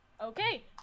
Okay